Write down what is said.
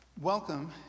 Welcome